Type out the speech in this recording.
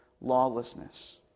lawlessness